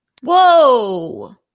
Whoa